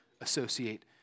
associate